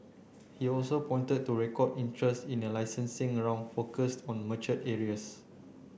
he also pointed to record interest in a licensing around focused on mature areas